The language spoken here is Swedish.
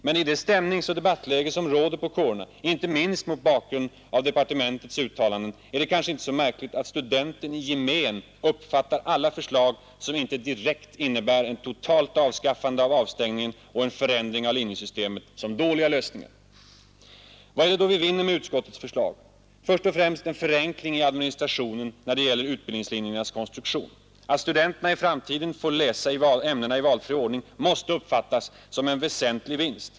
Men i det stämningsoch debattläge som råder inom kårerna — inte minst mot bakgrund av statsrådet Mobergs uttalanden — är det kanske inte så märkligt att studenten i gemen uppfattar alla förslag, som inte direkt innebär ett totalt avskaffande av utspärrningen och en förändring av linjesystemet, som dåliga lösningar. Vad är det då vi vinner med utskottets förslag? Först och främst en förenkling i administrationen när det gäller utbildningslinjernas konstruktion. Att studenterna i framtiden får läsa ämnena i valfri ordning måste uppfattas som en väsentlig vinst.